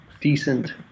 decent